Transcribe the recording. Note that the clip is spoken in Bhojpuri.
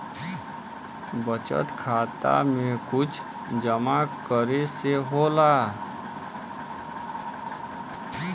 बचत खाता मे कुछ जमा करे से होला?